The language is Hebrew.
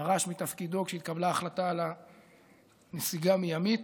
הוא פרש מתפקידו כשהתקבלה ההחלטה על הנסיגה מימית.